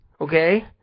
okay